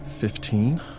fifteen